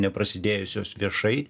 neprasidėjusios viešai